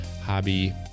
hobby